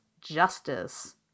justice